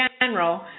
general